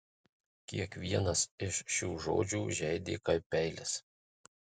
kiekvienas iš šių žodžių žeidė kaip peilis